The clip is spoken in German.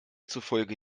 zufolge